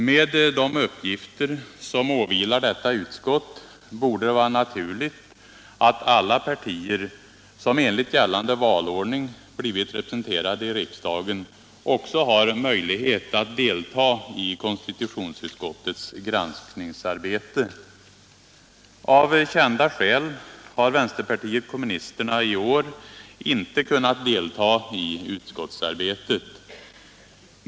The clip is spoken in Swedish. Med de uppgifter som åvilar detta utskott borde det vara naturligt att alla partier som enligt gällande valordning blivit representerade i riksdagen också har möjlighet att delta i konstitutionsutskottets granskningsarbete. Av kända skäl har vänsterpartiet kommunisterna inte kunnat delta i utskottsarbetet.